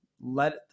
let